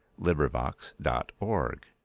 LibriVox.org